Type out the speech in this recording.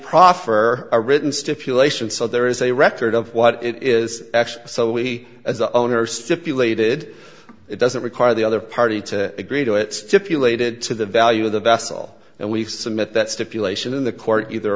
proffer a written stipulation so there is a record of what it is actually so we as the owner stipulated it doesn't require the other party to agree to it stipulated to the value of the vessel and we submit that stipulation in the court either